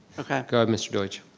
go ahead mr. deutsch.